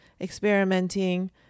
experimenting